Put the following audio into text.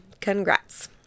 Congrats